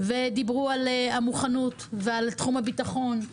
ודיברו על מוכנות ועל תחום הביטחון,